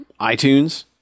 iTunes